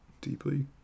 deeply